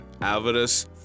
avarice